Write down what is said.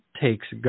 takes